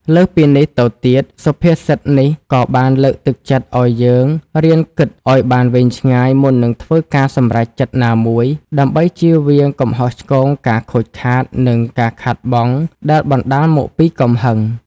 លើសពីនេះទៅទៀត សុភាសិតនេះក៏បានលើកទឹកចិត្តឱ្យយើងរៀនគិតឱ្យបានវែងឆ្ងាយមុននឹងធ្វើការសម្រេចចិត្តណាមួយ ដើម្បីចៀសវាងកំហុសឆ្គង ការខូចខាត និងការខាតបង់ដែលបណ្ដាលមកពីកំហឹង។